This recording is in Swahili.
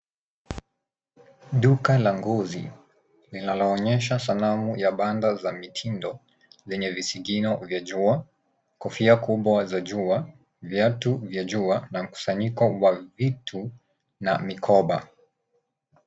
Duka la ngozi, linaloonyesha sanamu ya banda za mitindo zenye visigino vya jua, kofia kubwa za jua, viatu vya jua na mkusanyiko wa vitu na mikoba.